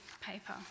paper